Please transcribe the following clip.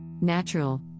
Natural